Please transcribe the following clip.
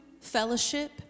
fellowship